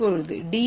இப்போது டி